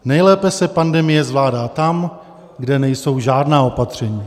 Nejlépe se pandemie zvládá tam, kde nejsou žádná opatření.